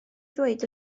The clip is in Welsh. ddweud